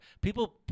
people